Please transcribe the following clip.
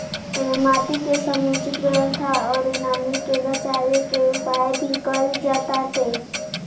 एमे माटी के समुचित व्यवस्था अउरी नमी के बाचावे के उपाय भी कईल जाताटे